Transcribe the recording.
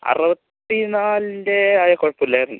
അറുപത്തി നാലിൻ്റെ ആയാൽ കുഴപ്പമില്ലൈരുന്നു